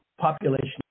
population